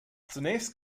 zunächst